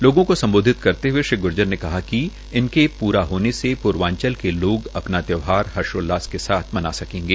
लोगों को सम्बोधित करते हए श्री ग्र्जर ने कहा कि इनके पूरा होने से पूर्वाचल में लोग अपना त्यौहार हर्षोल्लास के साथ मना सकेंगे